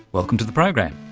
welcome to the program.